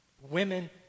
Women